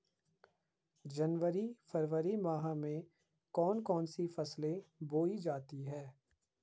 जनवरी फरवरी माह में कौन कौन सी फसलें बोई जाती हैं?